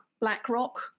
BlackRock